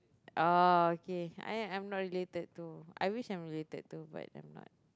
oh okay I am not related to I wish I'm related to but I'm not